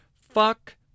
Fuck